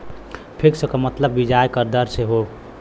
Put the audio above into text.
fix क मतलब बियाज दर से हौ